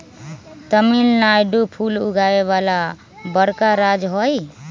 तमिलनाडु फूल उगावे वाला बड़का राज्य हई